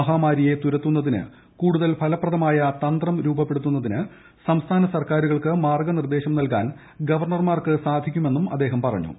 മഹാമാരിയെ തുരത്തുന്നതിന് കൂടുതൽ ഫലപ്രദമായ തന്ത്രം രൂപപ്പെടുത്തുന്നതിന് സംസ്ഥാന സർക്കാരുകൾക്ക് മാർഗ്ഗനിർദ്ദേശം നൽകാൻ ഗവർണർമാർക്ക് സാധിക്കുമെന്നും അദ്ദേഹം പറഞ്ഞു